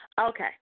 Okay